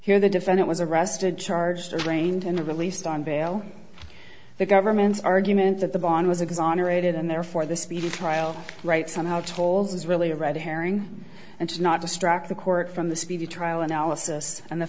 here the defendant was arrested charged arraigned and are released on bail the government's argument that the bond was exonerated and therefore the speedy trial rights somehow toles is really a red herring and should not distract the court from the speedy trial an